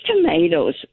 tomatoes